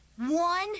One